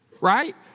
Right